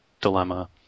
dilemma